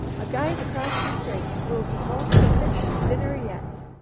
a guide across the straits. we'll be home for christmas dinner yet!